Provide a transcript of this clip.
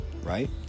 right